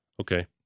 okay